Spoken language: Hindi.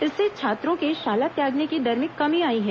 इससे छात्रों के शाला त्यागने की दर में कमी आई है